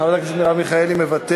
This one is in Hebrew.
חברת הכנסת מרב מיכאלי מוותרת.